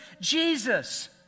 Jesus